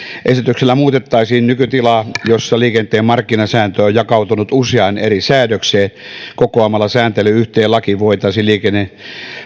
esityksellä muutettaisiin nykytilaa jossa liikenteen markkinasääntely on jakautunut useaan eri säädökseen kokoamalla sääntely yhteen lakiin voitaisiin liikenteen